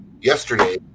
yesterday